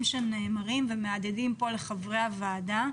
שנאמרים ומהדהדים כאן לחברי הוועדה,